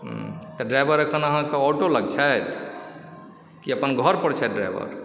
तऽ ड्राइवर एखन अहाँके ऑटो लग छथि कि अपन घरपर छथि ड्राइवर